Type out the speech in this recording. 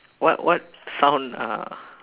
what what sound uh